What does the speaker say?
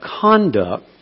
conduct